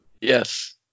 Yes